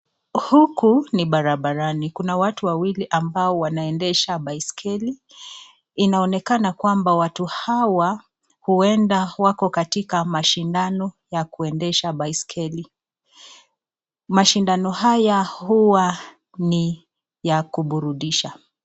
Huku ni barabarani. Kuna watu wawili ambao wanaendesha baiskeli. Inaonekana kwamba watu hawa, huenda wako katika mashindano ya kuendesha baiskeli. Mashindano haya huwa ni ya kuburudisha.